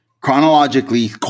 Chronologically